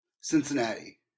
Cincinnati